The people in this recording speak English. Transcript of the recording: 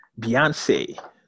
Beyonce